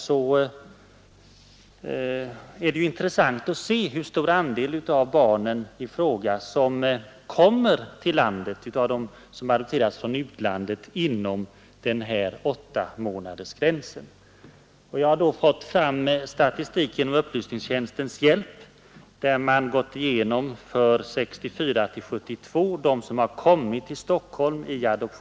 Då är det intressant att se hur stor andel av ifrågavarande barn som kommer hit från utlandet inom denna åttamånadersgräns. Genom riksdagens upplysningstjänst har nu från Stockholms barnavårdsnämnd förmedlats statistik om den saken.